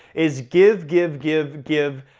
is give, give, give, give,